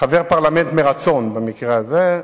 כחבר פרלמנט, מרצון במקרה הזה,